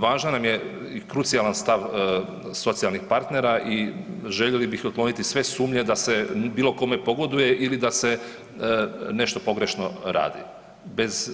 Važan nam je i krucijalan stav socijalnih partnera i željeli bi otkloniti sve sumnje da se bilo kome pogoduje ili da se nešto pogrešno radi, bez